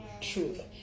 truth